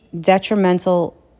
detrimental